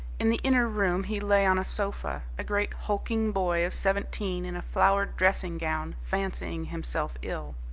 in the inner room he lay on a sofa, a great hulking boy of seventeen in a flowered dressing-gown, fancying himself ill.